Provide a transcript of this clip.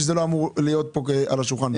שזה לא אמור להיות פה בכלל על השולחן.